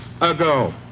ago